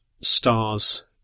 stars